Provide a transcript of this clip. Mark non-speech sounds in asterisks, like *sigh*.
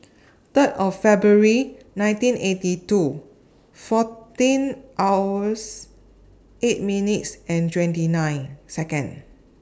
*noise* Third of February nineteen eighty two fourteen hours eight minutes and twenty nine Seconds